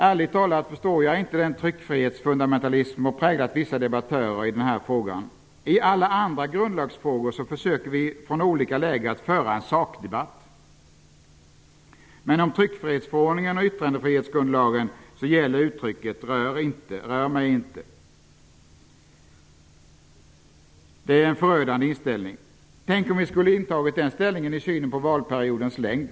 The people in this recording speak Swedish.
Ärligt talat förstår jag inte den tryckfrihetsfundamentalism som har präglat vissa debattörer i denna fråga. I alla andra grundlagsfrågor försöker vi från olika läger att föra en sakdebatt, men om tryckfrihetsförordningen och yttrandefrihetsgrundlagen gäller uttrycket ''rör mig inte''. Det är en förödande inställning. Tänk om vi skulle ha intagit den ståndpunkten i synen på valperiodens längd!